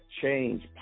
change